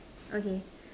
okay